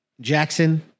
Jackson